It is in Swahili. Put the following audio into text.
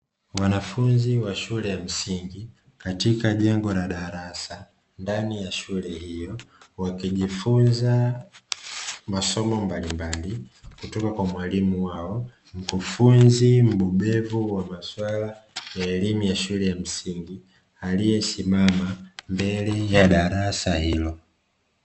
Mwanafunzi wa shule ya msingi katika jengo la darasa, ndani ya shule hiyo, wakijifunza masomo mbalimbali kutoka kwa mwalimu wao, mkufunzi mbobezi wa maswala ya elimu ya msingi, aliyesimama mbele ya darasa hilo.